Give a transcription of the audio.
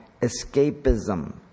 escapism